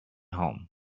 home